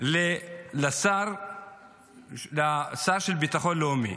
לשר לביטחון לאומי.